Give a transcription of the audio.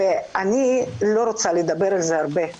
אני לא רוצה לדבר על זה הרבה,